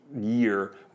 year